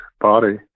body